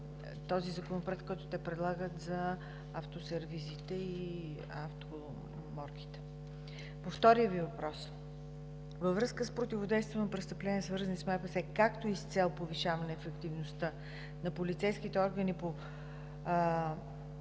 този Законопроект, който те предлагат за автосервизите и автоморгите. По втория въпрос – във връзка с противодействието на престъпления, свързани с МПС, както и с цел повишаване ефективността на полицейските органи по